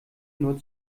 nur